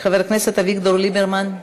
חבר הכנסת אביגדור ליברמן.